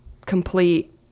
complete